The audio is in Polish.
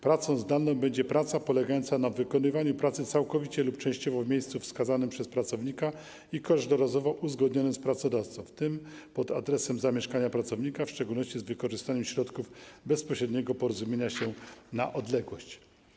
Pracą zdalną będzie praca polegająca na wykonywaniu pracy całkowicie lub częściowo w miejscu wskazanym przez pracownika i każdorazowo uzgodnionym z pracodawcą, w tym pod adresem zamieszkania pracownika, w szczególności z wykorzystaniem środków bezpośredniego porozumiewania się na odległość.